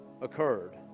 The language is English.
occurred